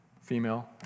female